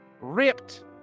Ripped